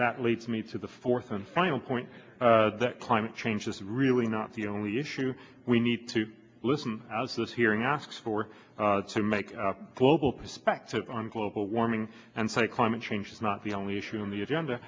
that leads me to the fourth and final point that climate change is really not the only issue we need to listen as this hearing asks for to make a global perspective on global warming and say climate change is not the only issue on the agenda